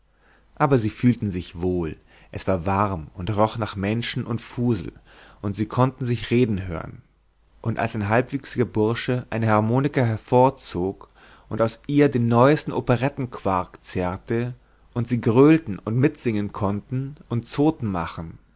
aber sie fühlten sich wohl es war warm und roch nach menschen und fusel und sie konnten sich reden hören und als ein halbwüchsiger bursche eine harmonika hervorzog und aus ihr den neuesten operettenquark zerrte und sie gröhlen und mitsingen konnten und zoten machen